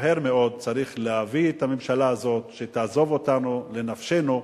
מהר מאוד צריך להביא את הממשלה הזאת שתעזוב אותנו לנפשנו,